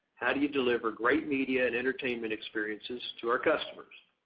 how do you deliver great media and entertainment experiences to our customers.